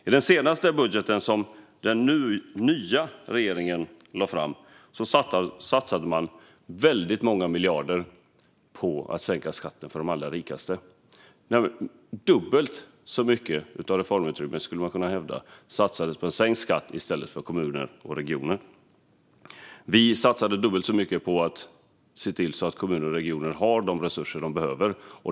I den senaste budgeten, som den nya regeringen lade fram, satsade man väldigt många miljarder på att sänka skatten för de allra rikaste. Dubbelt så mycket av reformutrymmet, skulle man kunna hävda, satsades på sänkt skatt i stället för på kommuner och regioner. Vi satsade dubbelt så mycket på att se till att kommuner och regioner har de resurser som de behöver.